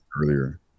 earlier